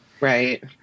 Right